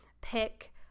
pick